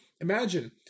imagine